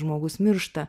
žmogus miršta